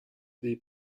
dei